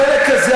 החלק הזה,